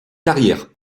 carrière